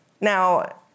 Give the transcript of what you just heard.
Now